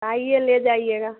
आइए ले जाइएगा